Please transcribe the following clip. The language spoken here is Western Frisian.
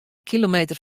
kilometer